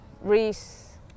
reese